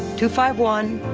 two, five, one,